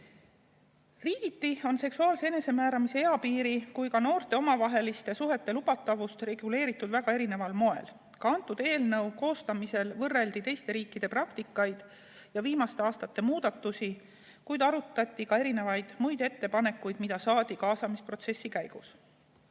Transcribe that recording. piire. Riigiti on seksuaalse enesemääramise eapiiri ja ka noorte omavaheliste suhete lubatavust reguleeritud väga erineval moel. Ka antud eelnõu koostamisel võrreldi teiste riikide praktikaid ja viimaste aastate muudatusi, kuid arutati ka erinevaid muid ettepanekuid, mis saadi kaasamisprotsessi käigus. Peale